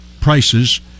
prices